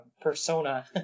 persona